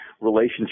relationship